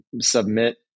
submit